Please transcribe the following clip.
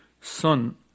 son